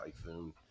typhoon